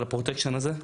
הפרוטקשן הזה.